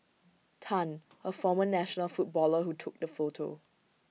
Tan A former national footballer who took the photo